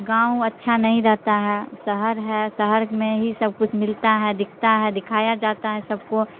گاؤں اچھا نہیں رہتا ہے شہر ہے شہر میں ہی سب کچھ ملتا ہے دکھتا ہے دکھایا جاتا ہے سب کو